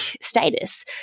status